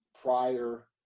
prior